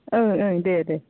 ओं ओं दे दे